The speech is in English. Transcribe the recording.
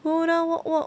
go down walk walk